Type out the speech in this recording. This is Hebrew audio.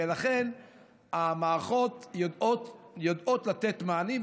המערכות יודעות לתת מענים.